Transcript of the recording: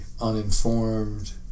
uninformed